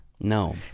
No